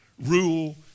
rule